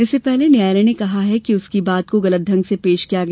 इससे पहले न्यायालय ने कहा था कि उसकी बात को गलत ढंग से पेश किया गया